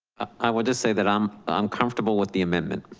i will just say that i'm um comfortable with the amendment.